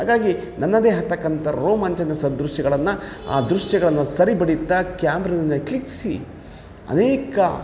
ಹಾಗಾಗಿ ನನ್ನದೇ ಆದ ತಕ್ಕಂಥ ರೋಮಾಂಚನ ಸದೃಶ್ಯಗಳನ್ನು ಆ ದೃಶ್ಯಗಳನ್ನು ಸರಿ ಬಡಿಯುತ್ತಾ ಕ್ಯಾಮ್ರಾದಿಂದ ಕ್ಲಿಕ್ಕಿಸಿ ಅನೇಕ